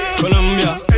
Colombia